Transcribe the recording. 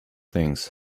things